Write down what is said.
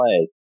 play